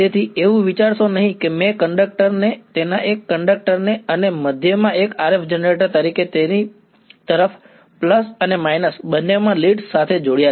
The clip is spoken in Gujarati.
તેથી એવું વિચારશો નહીં કે મેં કંડક્ટર ને તેના એક કંડક્ટર ને અને મધ્યમાં એક RF જનરેટર તરીકે તેની તરફ પ્લસ અને માઈનસ બંનેમાં લીડ્સ સાથે જોડ્યા છે